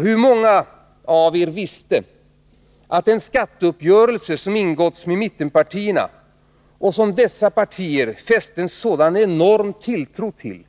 Hur många av er visste att den skatteuppgörelse som ingåtts med mittenpartierna och som dessa partier fäste en sådan enorm tilltro till,